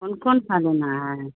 کون کون سا لینا ہے